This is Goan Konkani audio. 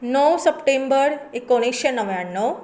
णव सप्टेंबर एकोणीशें णव्याण्णव